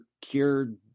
cured